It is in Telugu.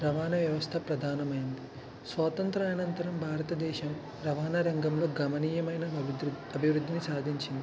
రవాణా వ్యవస్థ ప్రధానమైంది స్వాతంత్రానంతరం భారతదేశం రవాణా రంగంలో గమనీయమైన అభి అభివృద్ధిని సాధించింది